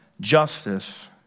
justice